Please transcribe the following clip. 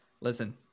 listen